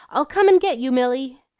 i'll come and get you, milly!